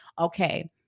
Okay